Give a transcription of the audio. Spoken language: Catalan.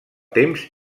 temps